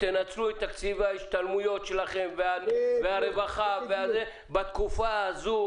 תנצלו את תקציב ההשתלמויות שלכם והרווחה בתקופה הזו,